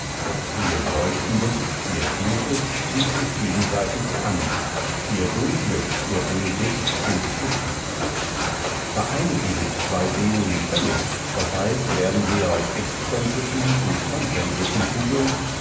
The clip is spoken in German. ihr leuchtendes ihr gutes zieht sich gegenseitig an ihr dunkles ihr böses stößt sich ab vereinigen sich zwei seelen völlig d h werden sie aus exzentrischen zu konzentrischen kugeln